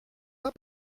pas